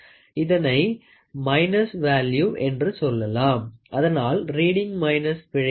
இதனை minus value என்று சொல்லலாம் அதனால் ரீடிங் மைனஸ் பிழையாகும்